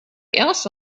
else